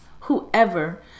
whoever